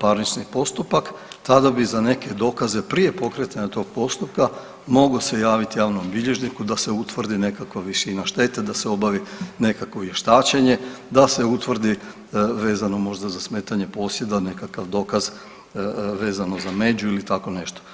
parnični postupak tada bi za neke dokaze prije pokretanja tog postupka mogu se javit javnom bilježniku da se utvrdi nekakva visina štete, da se obavi nekakvo vještačenje, da se utvrdi vezano možda za smetanje posjeda nekakav dokaz vezano za među ili tako nešto.